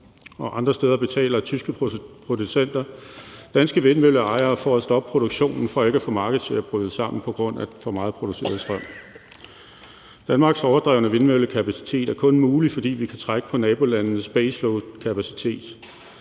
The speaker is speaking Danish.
og andre steder betaler tyske producenter danske vindmølleejere for at stoppe produktionen for ikke at få markedet til at bryde sammen på grund af for meget produceret strøm. Danmarks overdrevene vindmøllekapacitet er kun mulig, fordi vi kan trække på nabolandenes baseloadkapacitet.